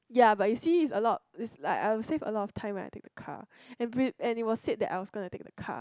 ya but you see is a lot is like I'll save a lot time of time when I'm take a car and she will said like I was take a car